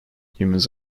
humans